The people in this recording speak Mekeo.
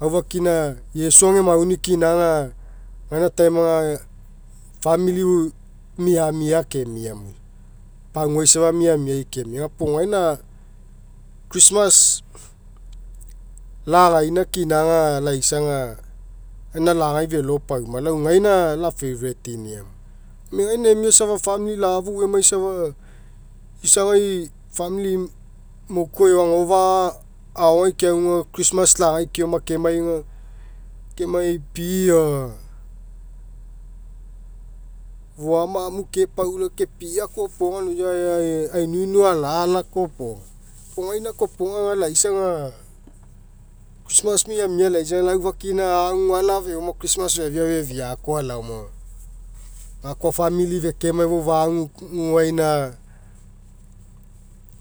Aufakina iesu ega mauni kina aga gaina time aga famili miamia kemia moisa. Paguai safa miamiai kemia. Gapuo gaina aga christmas lagaina kina aga laisa aga gaina lagai felo pauma, lau gaina la'favourite'nia moisa. Gome gaina emia famili la'afou emai safa, isagai famili mokuai, agofaa agao egai keagu aga christmas lagai keonia kemai aga kemai pia, foama amu kepaula ke pia kopoga aga ioisa aga ainunu alala kopoga. Puo gaina kopoga aga laisa aga christmas miamia laisa aga aufakina agu aga alafeoma chrsitmas feafia fefiakoa laoma moia. Gakoa famili fekemai fou fa'aguguaina,